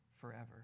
forever